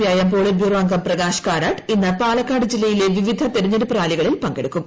IM polit bureau അംഗം പ്രകാശ് കാരാട്ട് ഇന്ന് പാലക്കാട് ജില്ലയിലെ വിവിധ തെരെഞ്ഞെടുപ്പ് റാലികളിൽ പങ്കെടുക്കും